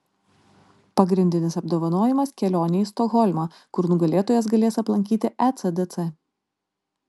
pagrindinis apdovanojimas kelionė į stokholmą kur nugalėtojas galės aplankyti ecdc